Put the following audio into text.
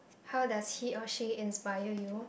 how does he or she inspire you